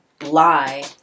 lie